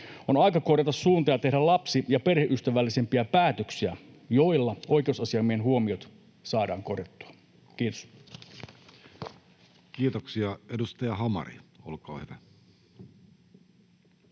On aika korjata suuntaa ja tehdä lapsi- ja perheystävällisempiä päätöksiä, joilla oikeusasiamiehen huomiot saadaan korjattua. — Kiitos. Kiitoksia. — Edustaja Hamari, olkaa hyvä.